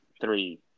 three